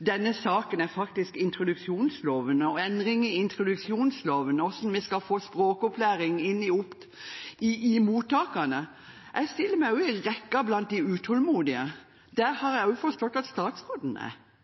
denne saken faktisk er endringer i introduksjonsloven og hvordan vi skal få til språkopplæring i mottakene. Jeg stiller meg i rekken av de utålmodige. Jeg har også forstått at statsråden står i samme rekke. Derfor blir jeg ganske forbauset når jeg hører den retningen som debatten utvikler seg i. Vi skal vel ikke diskutere hvem som er